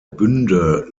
bünde